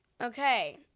Okay